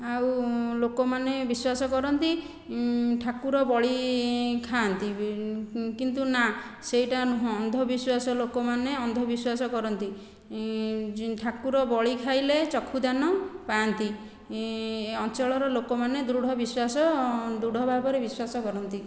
ଆଉ ଲୋକମାନେ ବିଶ୍ୱାସ କରନ୍ତି ଠାକୁର ବଳି ଖାଆନ୍ତି ବି କିନ୍ତୁ ନା ସେହିଟା ନୁହେଁ ଅନ୍ଧବିଶ୍ୱାସ ଲୋକମାନେ ଅନ୍ଧବିଶ୍ୱାସ କରନ୍ତି ଠାକୁର ବଳି ଖାଇଲେ ଚକ୍ଷୁଦାନ ପାଆନ୍ତି ଅଞ୍ଚଳର ଲୋକମାନେ ଦୃଢ଼ ବିଶ୍ୱାସ ଦୃଢ଼ ଭାବରେ ବିଶ୍ୱାସ କରନ୍ତି